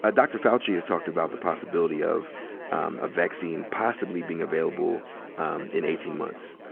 ah dr. fauci has talked about the possibility of a vaccine possibly being available um in eighteen months.